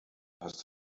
passt